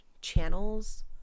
channels